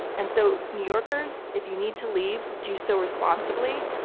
and so new yorkers, if you need to leave, do so responsibly.